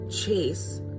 chase